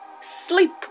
sleep